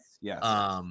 yes